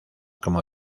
como